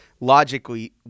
logically